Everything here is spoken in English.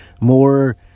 more